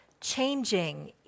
changing